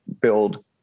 build